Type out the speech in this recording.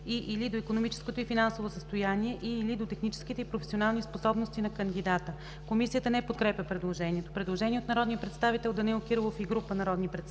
и/или до икономическото и финансово състояние и/или до техническите и професионални способности на кандидата”. Комисията не подкрепя предложението. Предложение от народния представител Данаил Кирилов и група народни представители.